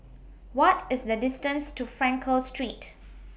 What IS The distance to Frankel Street